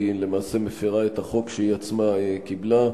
למעשה מפירה את החוק שהיא עצמה קיבלה.